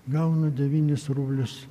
gaunu devynis rublius